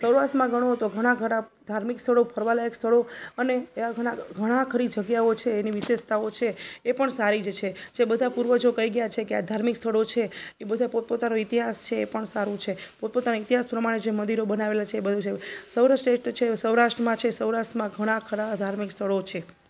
સૌરાષ્ટ્રમાં ગણો તો ઘણાં ખરાં ધાર્મિક સ્થળો ફરવાલાયક સ્થળો અને એવા ઘણાં ઘણાં ખરી જગ્યાઓ છે એની વિશેષતાઓ છે એ પણ સારી જ છે જે બધા પૂર્વજો કહી ગયા છે કે આ ધાર્મિક સ્થળો છે એ બધો પોતપોતાનો ઈતિહાસ છે એ પણ સારું છે પોતપોતાના ઈતિહાસ પ્રમાણે જે મંદિરો બનાવેલા છે એ બધુ છે સર્વશ્રેષ્ઠ છે સૌરાષ્ટ્રમાં છે સૌરાષ્ટ્રમાં ઘણાં ખરાં ધાર્મિક સ્થળો છે